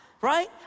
right